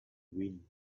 wind